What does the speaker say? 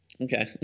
okay